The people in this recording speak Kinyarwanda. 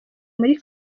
muri